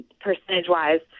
percentage-wise